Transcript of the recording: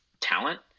talent